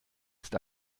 ist